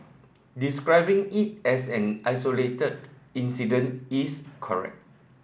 describing it as an isolated incident is correct